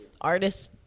artists